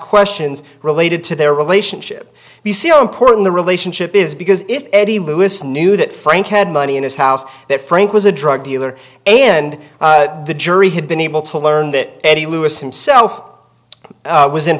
questions related to their relationship you see how important the relationship is because if eddie lewis knew that frank had money in his house that frank was a drug dealer and the jury had been able to learn that eddie lewis himself was in